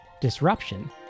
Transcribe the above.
disruption